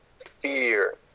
fear